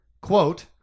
quote